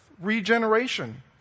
regeneration